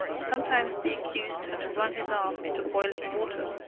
sometimes the accused had to run his arm into boiling water.